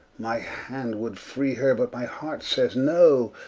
my hand would free her, but my heart sayes no.